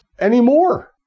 anymore